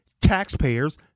Taxpayers